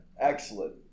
Excellent